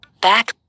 Back